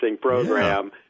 program